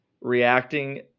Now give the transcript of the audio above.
reacting